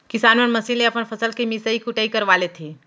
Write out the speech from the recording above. किसान मन मसीन ले अपन फसल के मिसई कुटई करवा लेथें